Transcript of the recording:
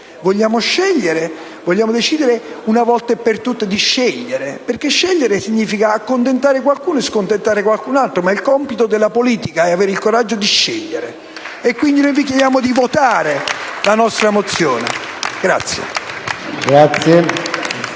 Vogliamo scegliere, vogliamo decidere una volta per tutte di scegliere? Scegliere, infatti, significa accontentare qualcuno e scontentare qualcun'altro, ma il compito della politica è avere il coraggio di scegliere. Quindi noi vi chiediamo di votare a favore della mozione n.